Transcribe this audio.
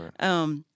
right